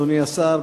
אדוני השר,